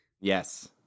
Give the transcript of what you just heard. Yes